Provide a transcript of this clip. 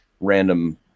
random